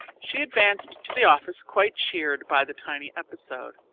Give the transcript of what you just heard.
she advanced to the office quite cheered by the tiny episode,